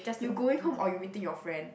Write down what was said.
you going home or you meeting your friend